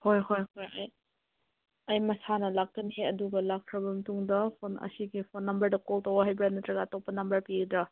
ꯍꯣꯏ ꯍꯣꯏ ꯍꯣꯏ ꯑꯩ ꯑꯩ ꯃꯁꯥꯅ ꯂꯥꯛꯀꯅꯤ ꯑꯗꯨꯒ ꯂꯥꯛꯈ꯭ꯔꯕ ꯃꯇꯨꯡꯗ ꯐꯣꯟ ꯑꯁꯤꯒꯤ ꯐꯣꯟ ꯅꯝꯕꯔꯗ ꯀꯣꯜ ꯇꯧꯔꯛꯑꯣ ꯍꯥꯏꯕ꯭ꯔꯣ ꯅꯠꯇ꯭ꯔꯒ ꯑꯇꯣꯞꯄ ꯅꯝꯕꯔ ꯄꯤꯒꯗ꯭ꯔꯥ